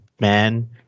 man